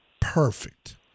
perfect